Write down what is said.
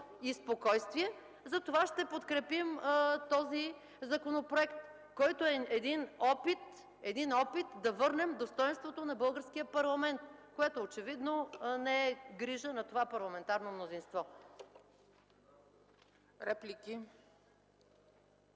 и спокойствие, затова ще подкрепим този законопроект, който е опит да върнем достойнството на българския парламент, което очевидно не е грижа на това парламентарно мнозинство.